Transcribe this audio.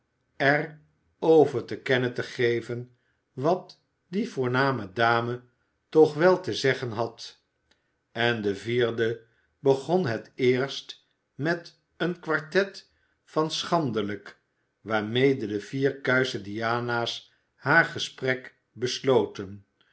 er over te kennen te geven wat die voorname dame toch wel te zeggen had en de vierde begon het eerst met een quartet van schandelijk waarmede de vier kuische diana's haar gesprek besloten